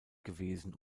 gewesen